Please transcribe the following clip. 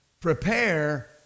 Prepare